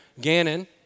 Gannon